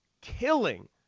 killing